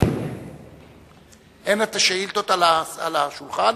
השאילתות לא על השולחן?